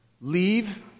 leave